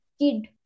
kid